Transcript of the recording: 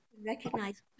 recognize